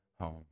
home